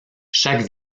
chaque